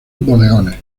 bodegones